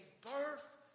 birth